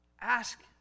Ask